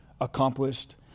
accomplished